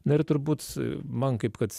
na ir turbūt man kaip kad